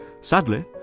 Sadly